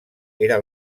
era